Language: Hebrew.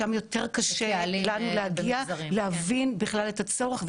שם יותר קשה לנו להגיע ולהבין בכלל את הצורך.